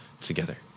together